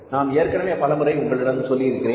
நான் ஏற்கனவே பலமுறை உங்களிடம் சொல்லியிருக்கிறேன்